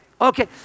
Okay